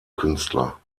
künstler